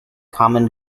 common